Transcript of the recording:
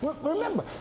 Remember